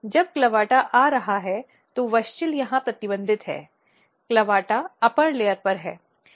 जब CLAVATA आ रहा है तो WUSCHEL यहां प्रतिबंधित है CLAVATA ऊपरी परत पर है